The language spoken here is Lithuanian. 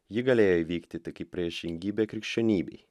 ji galėjo įvykti tik kaip priešingybė krikščionybei